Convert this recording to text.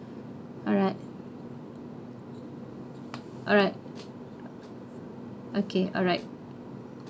alright alright okay alright